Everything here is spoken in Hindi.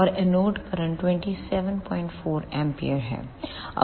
और एनोड करंट 274 A है